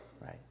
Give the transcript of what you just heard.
right